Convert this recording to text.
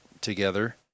together